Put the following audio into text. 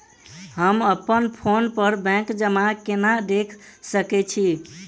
हम अप्पन फोन पर बैंक जमा केना देख सकै छी?